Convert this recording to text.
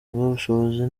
ubushobozi